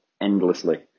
endlessly